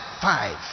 five